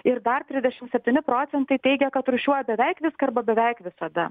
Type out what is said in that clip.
ir dar trisdešimt septyni procentai teigia kad rūšiuoja beveik viską arba beveik visada